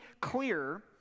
clear